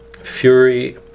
Fury